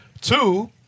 Two